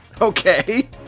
Okay